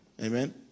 Amen